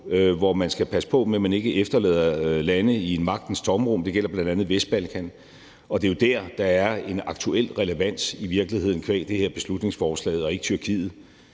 hvor man skal passe på med ikke at efterlade lande i en magtens tomrum. Det gælder bl.a. Vestbalkan, og det er jo der, der i virkeligheden er en aktuel relevans qua det her beslutningsforslag, og ikke Tyrkiet,